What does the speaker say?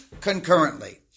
concurrently